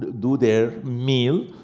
do their meal.